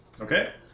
Okay